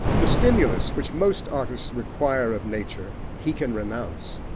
the stimulus which most artists require of nature he can renounce.